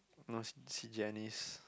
uh see Janis